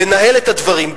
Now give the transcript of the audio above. לנהל את הדברים,